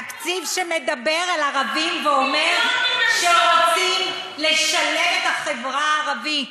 תקציב שמדבר על ערבים ואומר שרוצים לשלב את החברה הערבית,